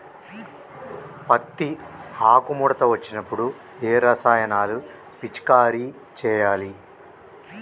పత్తి ఆకు ముడత వచ్చినప్పుడు ఏ రసాయనాలు పిచికారీ చేయాలి?